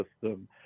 system